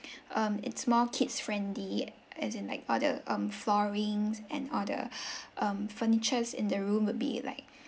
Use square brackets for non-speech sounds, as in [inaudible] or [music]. um it's more kids friendly as in like all the um floorings and all the [breath] um furnitures in the room would be like